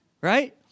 right